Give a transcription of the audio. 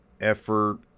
effort